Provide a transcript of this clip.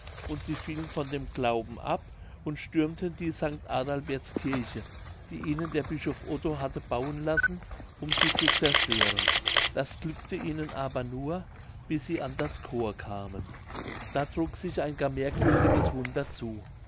und sie fielen von dem glauben ab und stürmten die sanct adalberts kirche die ihnen der bischof otto hatte bauen lassen um sie zu zerstören das glückte ihnen aber nur bis sie an das chor kamen da trug sich ein gar merkwürdiges wunder zu